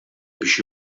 biex